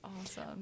Awesome